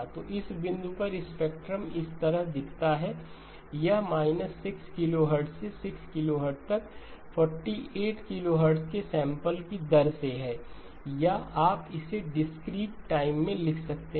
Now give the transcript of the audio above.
तो इस बिंदु पर स्पेक्ट्रम इस तरह दिखता है यह 6kHz से 6 kHz तक 48 किलोहर्ट्ज़ के सैंपल की दर से है या आप इसे डिस्क्रीट टाइम में लिख सकते हैं